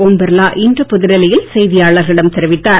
ஓம் பிர்லா இன்று புதுடெல்லியல் செய்தியாளரிடம் தெரிவித்தார்